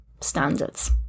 standards